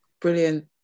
Brilliant